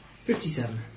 Fifty-seven